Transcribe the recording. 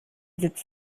sitz